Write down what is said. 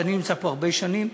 אני נמצא פה הרבה שנים,